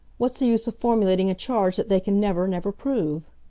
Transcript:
what's the use of formulating a charge that they can never, never prove?